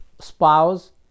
spouse